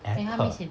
apple